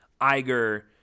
Iger